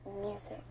music